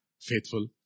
faithful